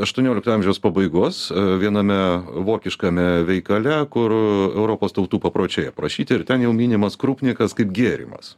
aštuoniolikto amžiaus pabaigos viename vokiškame veikale kur europos tautų papročiai aprašyti ir ten jau minimas krupnikas kaip gėrimas